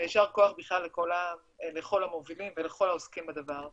יישר כוח לכל המובילים ולכל העוסקים בדבר.